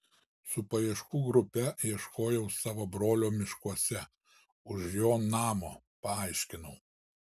su paieškų grupe ieškojau savo brolio miškuose už jo namo paaiškinau